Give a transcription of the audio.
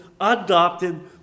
adopted